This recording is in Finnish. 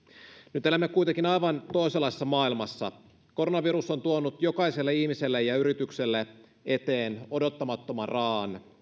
nyt elämme kuitenkin aivan toisenlaisessa maailmassa koronavirus on tuonut jokaiselle ihmiselle ja yritykselle eteen odottamattoman raaan